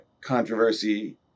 controversy